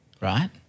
right